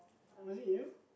and really you